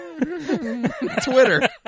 Twitter